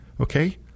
Okay